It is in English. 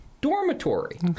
dormitory